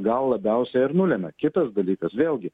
gal labiausiai ir nulemia kitas dalykas vėlgi